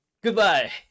goodbye